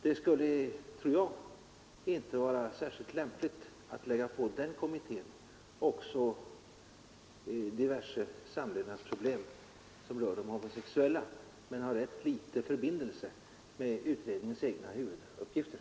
Det skulle, tror jag, inte vara särskilt lämpligt att på den kommittén lägga också diverse samlevnadsproblem som rör de homosexuella men som har ganska ringa samband med utredningens egna huvuduppgifter.